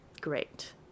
Great